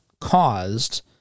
caused –